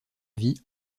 vie